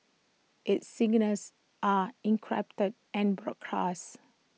its signals are encrypted and broadcast